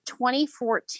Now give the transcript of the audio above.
2014